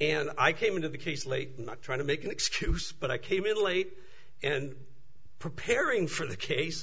and i came into the case late not trying to make an excuse but i came in late and preparing for the case